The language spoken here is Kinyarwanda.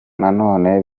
nanone